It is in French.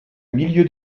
milieu